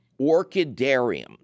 orchidarium